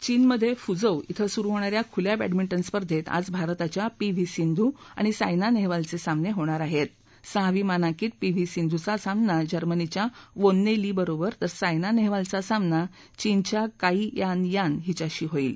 चीनमधकुझौ बें सुरू होणाऱ्या खुल्या बॅडमिंजे स्पर्धेत आज भारताच्या पी व्ही सिंधू आणि सायना नव्हबालचक्रिमनड्रिणार आहेत सहावी मानांकित पी व्ही सिंधूचा सामना जर्मनीच्या वोन्न क्रीबरोबर तर सायना नहेबालचा सामना चीनच्या काई यान यान हिच्याशी होईल